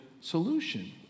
solution